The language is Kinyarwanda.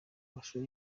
amashusho